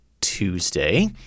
Tuesday